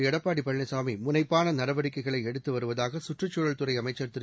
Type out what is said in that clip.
எடப்பாடி பழனிசாமி முனைப்பான நடவடிக்கைகளை எடுத்து வருவதாக சுற்றுச்சூழல் துறை அமைச்சர் திரு